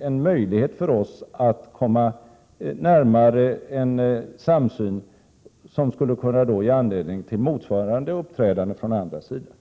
en möjlighet för oss att komma närmare en samsyn, som kunde ge anledning till motsvarande uppträdande från den andra sidan.